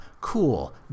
cool